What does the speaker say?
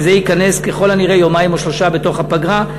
שזה ייכנס ככל הנראה יומיים או שלושה בתוך הפגרה.